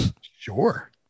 Sure